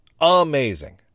amazing